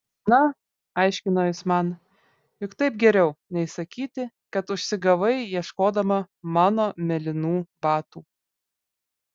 na aiškino jis man juk taip geriau nei sakyti kad užsigavai ieškodama mano mėlynų batų